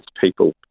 people